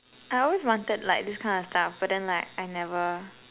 I always wanted like this kind of stuff but then like I never